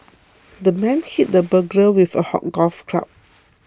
the man hit the burglar with a golf club